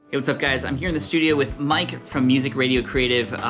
hey what's up guys, i'm here in the studio with mike from music radio creative.